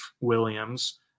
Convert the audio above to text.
Williams